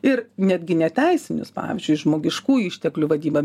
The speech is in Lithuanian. ir netgi ne teisinius pavyzdžiui žmogiškųjų išteklių vadyba